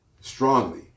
Strongly